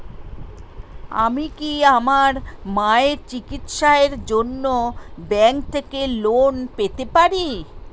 আমি কি আমার মায়ের চিকিত্সায়ের জন্য ব্যঙ্ক থেকে লোন পেতে পারি?